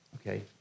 okay